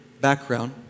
background